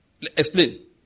explain